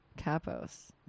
capos